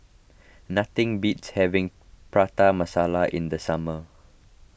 nothing beats having Prata Masala in the summer